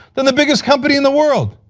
then the biggest company in the world.